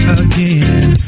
again